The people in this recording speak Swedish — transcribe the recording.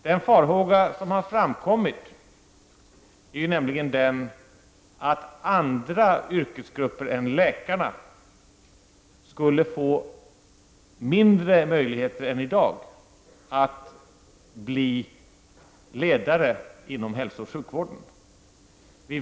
Den farhåga som har framkommit är nämligen den att andra yrkesgrupper än läkarna skulle få mindre möjligheter än i dag att bli ledare inom hälsooch sjukvården.